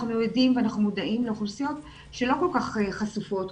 אנחנו יודעים ואנחנו מודעים לאוכלוסיות שלא כל כך חשופות,